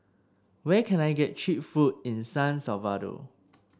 where can I get cheap food in San Salvador